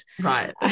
Right